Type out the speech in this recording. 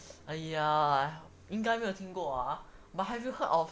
!aiya! 应该没有听过 ah but have you heard of